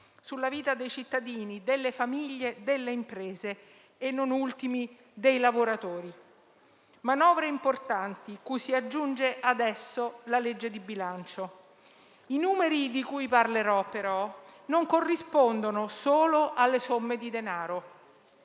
sulla vita dei cittadini, delle famiglie, delle imprese e, non ultimi, dei lavoratori. Si è trattato di manovre importanti, cui si aggiunge adesso la legge di bilancio. I numeri di cui parlerò, però, non corrispondono solo alle somme di denaro.